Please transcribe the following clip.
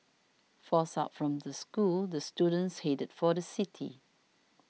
forced out from the schools the students headed for the city